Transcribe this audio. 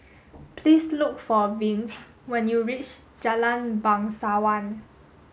please look for Vince when you reach Jalan Bangsawan